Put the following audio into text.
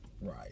Right